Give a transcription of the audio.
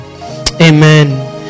Amen